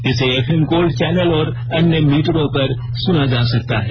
इसे FM Gold channel और अन्य मीटरों पर सुना जा सकता है